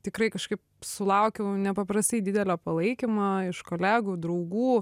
tikrai kažkaip sulaukiau nepaprastai didelio palaikymo iš kolegų draugų